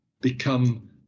become